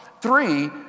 Three